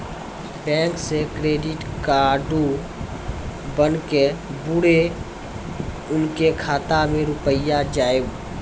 Bank से credit card बन के बुरे उनके खाता मे रुपिया जाएब?